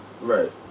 Right